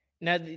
Now